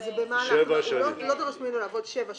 אז זה לא דורש ממנו לעבוד שבע שנים.